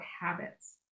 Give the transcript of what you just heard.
habits